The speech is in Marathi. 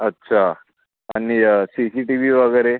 अच्छा आणि सी सी टी व्ही वगैरे